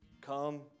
come